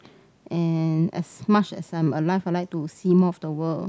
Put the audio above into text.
and as much as I'm alive I like to see more of the world